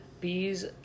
bees